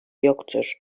yoktur